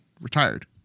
retired